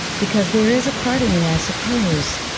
because there is a part of me, i suppose,